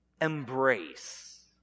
embrace